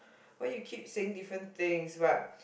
why you keep saying different things but